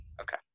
Okay